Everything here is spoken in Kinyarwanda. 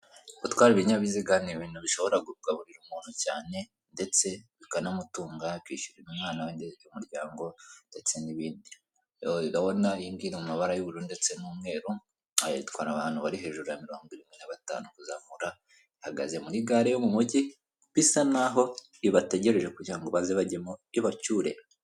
Gutwara ibinyabiziga ni ibintu bishobora gukorwa buri munsi cyane ndetse bikanamutunga akishyurira umwana we ndetse n' umuryango we ndetse n' ibindi urabona yi ngiyi iri mumabara y' ubururu n' umweru itwara abantu bari hajuru ya mirongo irindwi na batanu kuzamura ihagaze muri gare yo mu mugi bisa nkaho ibategereje kugira ngo baze bagemo ibacyure.